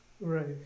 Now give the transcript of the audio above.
Right